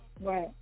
Right